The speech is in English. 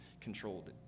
controlled